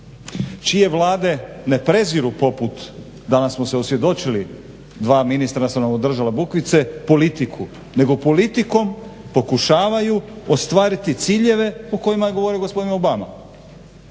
čije Vlade ne preziru poput, danas smo se osvjedočili, dva ministra su nam održala bukvice, politiku, nego politikom pokušavaju ostvariti ciljeve o kojima je govorio gospodin Obama.